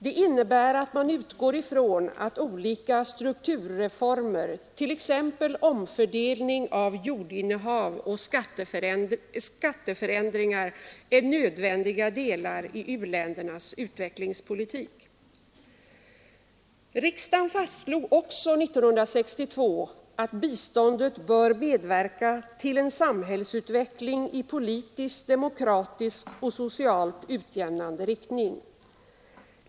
Det innebär att man utgår ifrån att olika strukturreformer, t.ex. omfördelning av jordinnehav och skatteförändringar, är nödvändiga delar i u-ländernas utvecklingspolitik. Riksdagen fastslog också 1962 att biståndet bör medverka ”till en samhällsutveckling i politiskt demokratisk och socialt utjämnande riktning”.